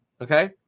okay